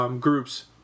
Groups